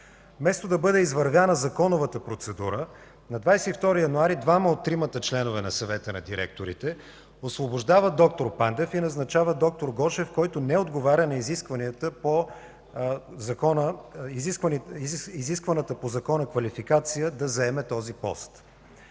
Вместо да бъде извървяна законовата процедура, на 22 януари двама от тримата членове на Съвета на директорите освобождават д-р Пандев и назначават д-р Гошев, който не отговаря на изискваната по Закона квалификация да заеме този пост.